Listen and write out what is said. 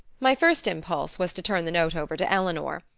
my first impulse was to turn the note over to eleanor.